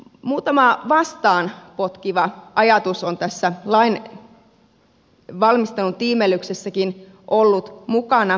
muutama vastaan potkiva ajatus on tässä lain valmistelun tiimellyksessäkin ollut mukana